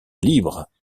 libres